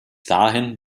dahin